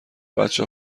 بچه